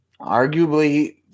Arguably